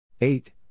Eight